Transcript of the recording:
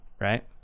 right